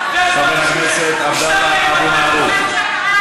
חבר הכנסת אוסאמה סעדי.